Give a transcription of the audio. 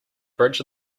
bridge